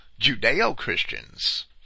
Judeo-Christians